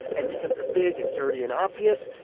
and because they're big and dirty and obvious,